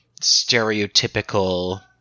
stereotypical